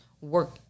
work